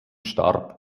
starb